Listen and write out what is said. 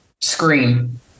scream